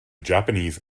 japanese